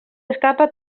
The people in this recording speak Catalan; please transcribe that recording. escapa